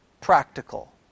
practical